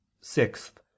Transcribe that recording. sixth